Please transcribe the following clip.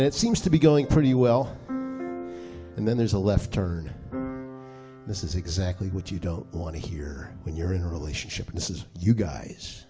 and it seems to be going pretty well and then there's a left turn this is exactly what you don't want to hear when you're in a relationship and says you guys